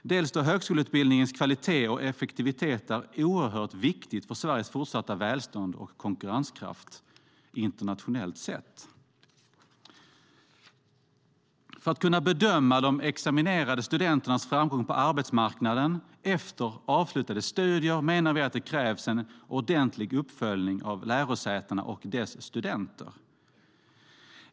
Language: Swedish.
Dessutom är högskoleutbildningens kvalitet och effektivitet oerhört viktig för Sveriges fortsatta välstånd och konkurrenskraft internationellt sett. För att kunna bedöma de examinerade studenternas framgång på arbetsmarknaden efter avslutade studier menar vi att det krävs en ordentlig uppföljning av lärosätena och deras studenter.